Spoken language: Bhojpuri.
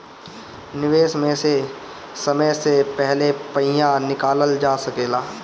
निवेश में से समय से पहले पईसा निकालल जा सेकला?